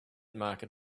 market